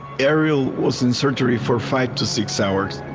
ariel was in surgery for five to six hours.